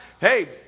Hey